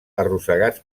arrossegats